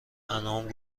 انعام